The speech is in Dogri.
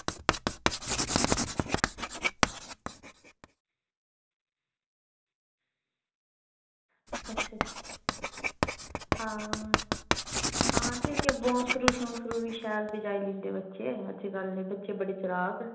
अच्छा अच्छा हां हां ते इ'यै बौंसुरी शौंसरी बी शैल बजाई लैंदे बच्चे अज्जकल दे बच्चे बड़े चलाक